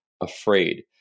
afraid